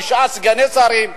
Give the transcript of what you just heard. תשעה סגני שרים,